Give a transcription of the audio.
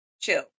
chill